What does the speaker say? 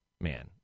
man